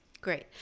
Great